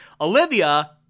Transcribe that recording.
Olivia